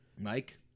Mike